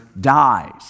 dies